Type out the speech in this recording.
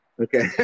Okay